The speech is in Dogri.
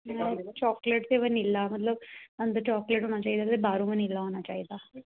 चाकलेट ते में नीला मतलब अंदर चालेट बाह्रू नीला होना चाहिदा